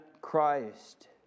Christ